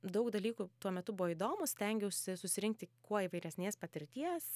daug dalykų tuo metu buvo įdomūs stengiausi susirinkti kuo įvairesnės patirties